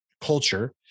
culture